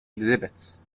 exhibits